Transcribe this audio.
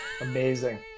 amazing